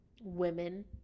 women